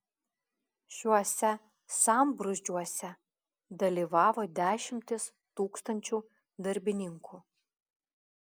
šiuose sambrūzdžiuose dalyvavo dešimtys tūkstančių darbininkų